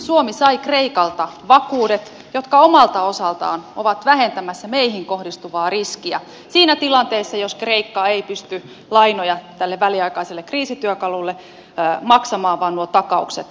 suomi sai kreikalta vakuudet jotka omalta osaltaan ovat vähentämässä meihin kohdistuvaa riskiä siinä tilanteessa jos kreikka ei pysty lainoja tälle väliaikaiselle kriisityökalulle maksamaan vaan nuo takaukset laukeaisivat